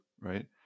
right